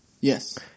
Yes